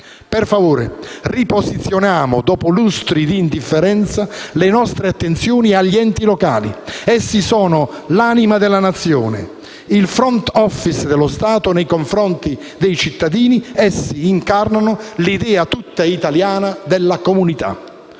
Per favore, riposizioniamo, dopo lustri di indifferenza, la nostra attenzione agli enti locali. Essi sono l'anima della nazione, il *front office* dello Stato nei confronti dei cittadini, ed incarnano l'idea tutta italiana della comunità.